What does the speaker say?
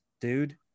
dude